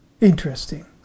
Interesting